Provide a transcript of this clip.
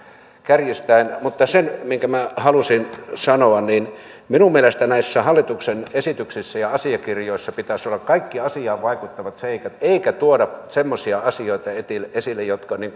kärjistäen mutta sen minä halusin sanoa että minun mielestäni näissä hallituksen esityksissä ja asiakirjoissa pitäisi olla kaikki asiaan vaikuttavat seikat eikä pitäisi tuoda semmoisia asioita esille jotka